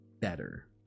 better